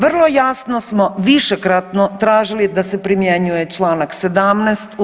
Vrlo jasno smo višekratno tražili da se primjenjuje članak 17.